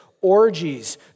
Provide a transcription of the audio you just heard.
orgies